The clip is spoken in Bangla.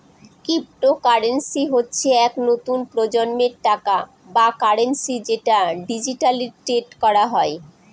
ক্রিপ্টোকারেন্সি হচ্ছে এক নতুন প্রজন্মের টাকা বা কারেন্সি যেটা ডিজিটালি ট্রেড করা হয়